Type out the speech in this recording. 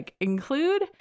include